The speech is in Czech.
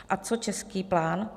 A co český plán?